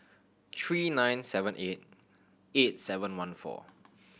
three nine seven eight eight seven one four